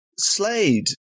Slade